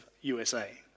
USA